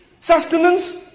sustenance